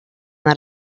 that